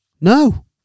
No